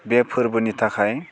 बे फोर्बोनि थाखाय